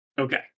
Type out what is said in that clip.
Okay